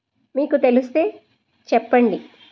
మీకు తెలుస్తే చెప్పండి